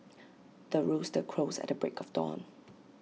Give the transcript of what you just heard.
the rooster crows at the break of dawn